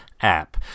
app